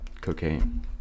cocaine